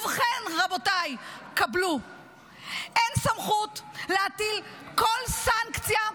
ובכן, רבותיי, קבלו, אין סמכות להטיל כל סנקציה,